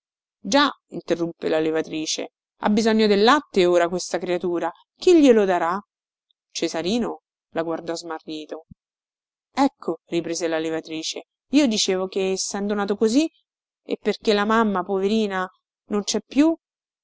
interruppe la levatrice ha bisogno del latte ora questa creatura chi glielo darà cesarino la guardò smarrito ecco riprese la levatrice io dicevo che essendo nato così e perché la mamma poverina non cè più